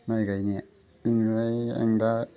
माइ गायनाया बिनिफ्राय आं दा